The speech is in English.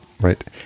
right